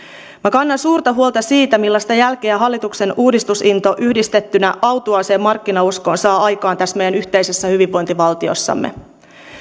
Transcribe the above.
kannan suurta huolta siitä millaista jälkeä hallituksen uudistusinto yhdistettynä autuaaseen markkinauskoon saa aikaan tässä meidän yhteisessä hyvinvointivaltiossamme